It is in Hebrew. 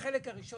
ההערה החשובה